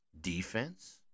defense